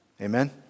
Amen